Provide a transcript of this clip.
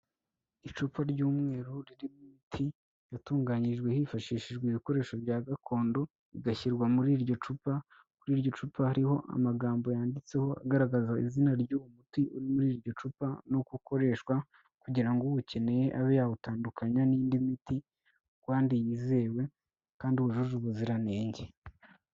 Icupa ry'umweru ririmo imiti yatunganyijwe hifashishijwe ibikoresho bya gakondo, igashyirwa muri iryo cupa, kuri iryo cupa hariho amagambo yanditseho agaragaza izina ry'uwo muti uri muri iryo cupa no gukoreshwa kugira ngo uwukeneye abe yawutandukanya n'indi miti kandi yizewe kandi wujuje ubuziranenge.